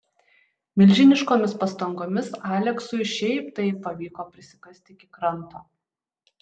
milžiniškomis pastangomis aleksui šiaip taip pavyko prisikasti iki kranto